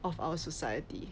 of our society